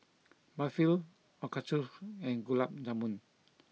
Barfi Ochazuke and Gulab Jamun